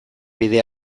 bidea